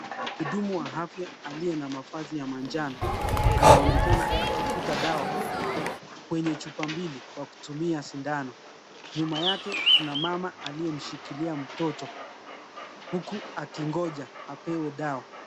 Mhudumu wa afya aliye na mavazi ya manjano, anaonekana akivuta dawa kwenye chupa mbili, Kwa kutumia sindano. Nyuma yake kuna mama aliyemshikilia mtoto huku akingoja apewe dawa.